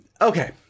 Okay